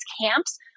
camps